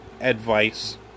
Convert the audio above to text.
advice